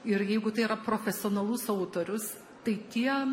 ir jeigu tai yra profesionalus autorius tai tie